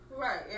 Right